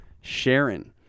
Sharon